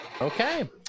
okay